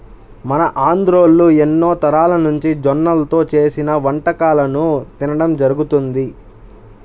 మన ఆంధ్రోల్లు ఎన్నో తరాలనుంచి జొన్నల్తో చేసిన వంటకాలను తినడం జరుగతంది